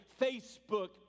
Facebook